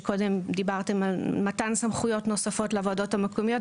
שקודם דיברתם על מתן סמכויות נוספות לוועדות המקומיות,